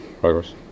progress